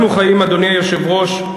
אנחנו חיים, אדוני היושב-ראש,